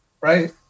right